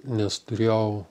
nes turėjau